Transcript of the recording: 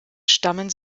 stammen